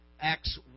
Acts